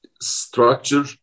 structure